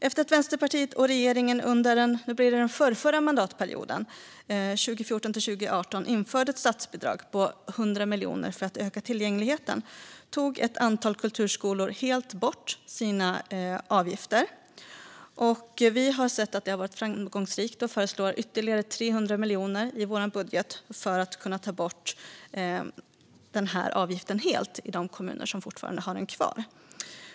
Efter att Vänsterpartiet och regeringen under mandatperioden 2014-2018 införde ett statsbidrag på 100 miljoner för att öka tillgängligheten tog ett antal kulturskolor helt bort sina avgifter. Vi har sett att det har varit framgångsrikt och föreslår därför ytterligare 300 miljoner kronor i vår budget för att man ska kunna ta bort avgiften helt i de kommuner som fortfarande har den kvar.